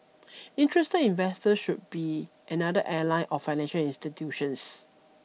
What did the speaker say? interested investors should be another airline or financial institutions